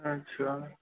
अच्छा